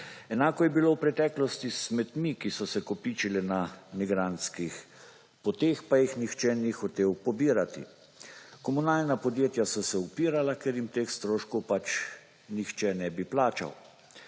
Enako je bilo v preteklosti s smetmi, ki so se kopičile na migrantskih poti pa jih nihče ni hotel pobirati. Komunalna podjetja so se opozorila, ker jim teh stroškov nihče ne bi plačal,